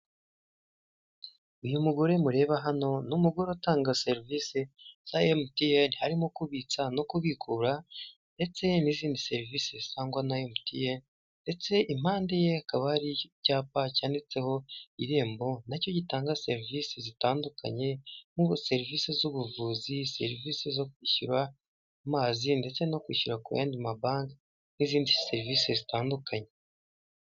Uyu mugore mureba hano ni umugore utanga serivisi za emutiyene, harimo kubitsa no kubikura ndetse n'izindi serivisi zitangwa na emutiyene, ndetse i mpande ye hakaba hari icyapa cyanditseho irembo nacyo gitanga serivisi zitandukanye, serivisi z'ubuvuzi, serivisi zo kwishyura amazi ndetse no kwishyura ku yandi mabanki, n'izindi serivisi zitandukanye.